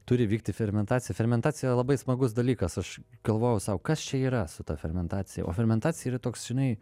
turi vykti fermentacija fermentacija yra labai smagus dalykas aš galvojau sau kas čia yra su ta fermentacija o fermentacija yra toks žinai